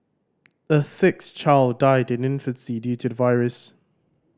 a sixth child died in infancy due to the virus